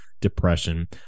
depression